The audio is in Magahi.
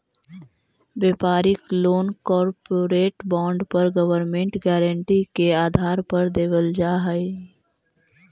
व्यापारिक लोन कॉरपोरेट बॉन्ड और गवर्नमेंट गारंटी के आधार पर देवल जा हई